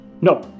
No